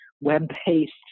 web-based